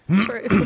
True